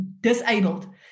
disabled